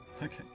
Okay